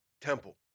temple